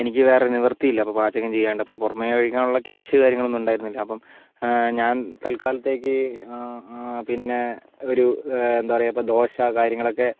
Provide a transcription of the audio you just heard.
എനിക്ക് വേറെ നിവർത്തി ഇല്ല അപ്പോൾ പാചകം ചെയ്യാണ്ട് അപ്പോൾ പുറമേ കഴിക്കാനുള്ള ക്യാഷ് കാര്യങ്ങളൊന്നും ഉണ്ടായിരുന്നില്ല അപ്പം ഞാൻ തൽക്കാലത്തേക്ക് പിന്നെ ഒരു എന്താപറയാ ഇപ്പോൾ ദോശ കാര്യങ്ങളൊക്കെ